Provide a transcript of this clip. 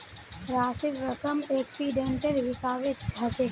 राशिर रकम एक्सीडेंटेर हिसाबे हछेक